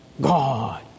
God